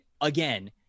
again